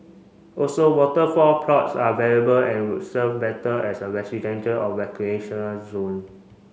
also waterfront plots are valuable and would serve better as a residential or recreational zone